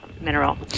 mineral